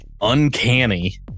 Uncanny